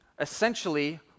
essentially